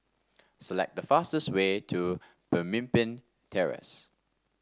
select the fastest way to Pemimpin Terrace